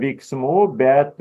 veiksmų bet